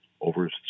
over